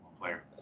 player